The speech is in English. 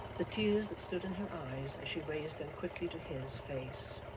the tears that stood in her eyes as she raised them quickly to his face,